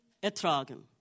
ertragen